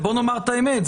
ובואו נאמר את האמת,